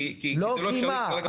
כי --- לא, כי מה?